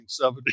1970